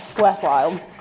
worthwhile